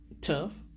tough